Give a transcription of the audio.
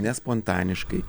ne spontaniškai